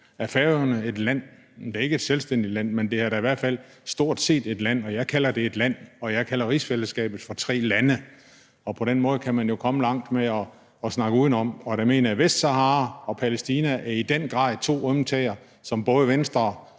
Er Færøerne et land? Det er ikke et selvstændigt land, men det er da i hvert fald stort set et land, og jeg kalder det et land, og jeg kalder rigsfællesskabet for tre lande. Og på den måde kan man jo komme langt med at snakke udenom. Og der mener jeg, at Vestsahara og Palæstina i den grad er to ømme tæer, som både Venstre